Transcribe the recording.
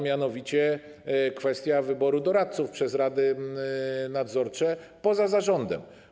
Mianowicie to jest kwestia wyboru doradców przez rady nadzorcze, poza zarządem.